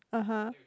(uh huh)